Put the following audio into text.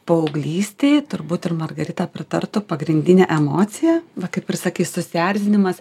paauglystėj turbūt ir margarita pritartų pagrindinė emocija va kaip ir sakei susierzinimas